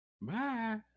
Bye